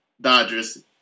Dodgers